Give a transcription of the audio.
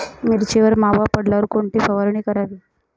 मिरचीवर मावा पडल्यावर कोणती फवारणी करावी?